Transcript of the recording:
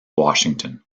washington